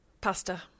pasta